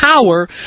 power